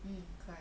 mm correct